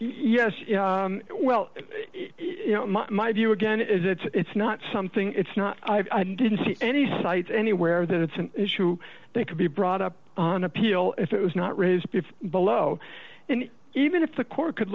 yes well my view again is it's not something it's not i didn't see any cites anywhere that it's an issue that could be brought up on appeal if it was not raised below and even if the court could